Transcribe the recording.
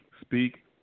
speak